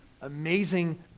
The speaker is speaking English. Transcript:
amazing